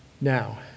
Now